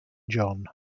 john